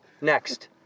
Next